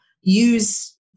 use